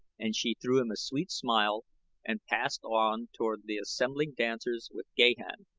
and she threw him a sweet smile and passed on toward the assembling dancers with gahan,